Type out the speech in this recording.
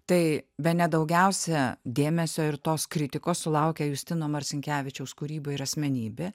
tai bene daugiausia dėmesio ir tos kritikos sulaukė justino marcinkevičiaus kūryba ir asmenybė